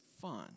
fun